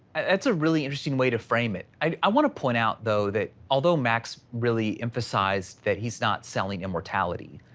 it's a really interesting way to frame it. i wanna point out, though, that although max really emphasized that he's not selling immortality,